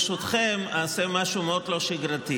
ברשותכם אני אעשה משהו מאד לא שגרתי,